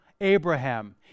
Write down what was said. Abraham